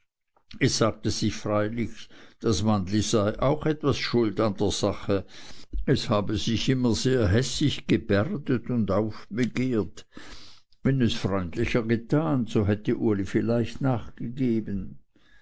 es sagte sich freilich das mannli sei auch etwas schuld an der sache es habe sich immer sehr hässig gebärdet und aufbegehrt wenn es freundlicher getan so hätte uli vielleicht nachgegeben